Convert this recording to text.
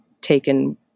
taken